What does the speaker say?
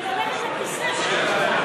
אני הולכת לכיסא שלי עכשיו.